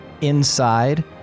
inside